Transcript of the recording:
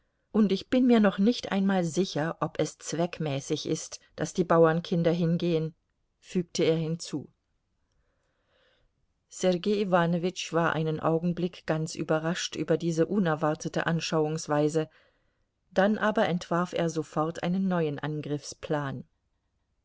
und ich bin mir noch nicht einmal sicher ob es zweckmäßig ist daß die bauernkinder hingehen fügte er hinzu sergei iwanowitsch war einen augenblick ganz überrascht über diese unerwartete anschauungsweise dann aber entwarf er sofort einen neuen